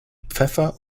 pfeffer